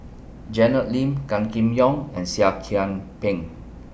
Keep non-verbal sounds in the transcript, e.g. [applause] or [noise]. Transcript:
[noise] Janet Lim Gan Kim Yong and Seah Kian Peng